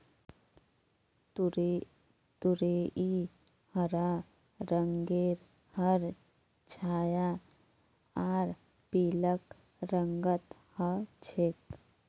तुरई हरा रंगेर हर छाया आर पीलक रंगत ह छेक